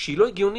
שהיא לא הגיונית